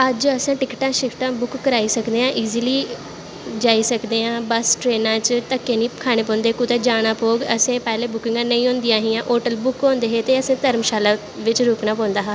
अज्ज अस टिकटां सिकटां बुक्क कराई सकनें आं इजली जाई सकदे आं बस ट्रेना च घक्के नी खानें पौंदे कुदै जाना पौह्ग पैह्लैं बुकिगां नेंई होंदियां हां बुक होंदे हे ते असैं दर्मशाला बिच्च रुकनां पौंदा हा